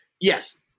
yes